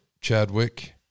Chadwick